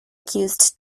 accused